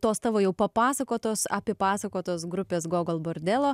tos tavo jau papasakotos apipasakotos grupės gogol bordelo